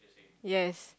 yes